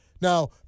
Now